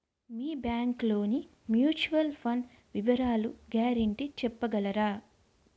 మీ bank లోని mutual fund వివరాల guarantee చెప్పగలరా?